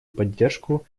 поддержку